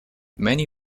many